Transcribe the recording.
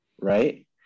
right